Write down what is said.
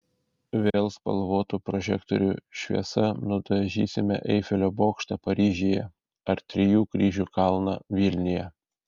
vėl spalvotų prožektorių šviesa nudažysime eifelio bokštą paryžiuje ar trijų kryžių kalną vilniuje